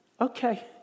Okay